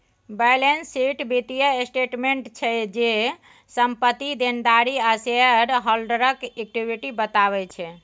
balance sheet बित्तीय statement छै जे, संपत्ति, देनदारी आ शेयर हॉल्डरक इक्विटी बताबै छै